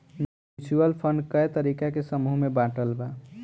mutual fund कए तरीका के समूह में बाटल बा